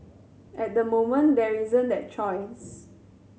at the moment there isn't that choice